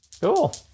Cool